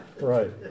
Right